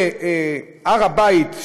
הר הבית,